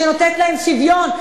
שנותנת להם שוויון.